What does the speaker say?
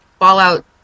Fallout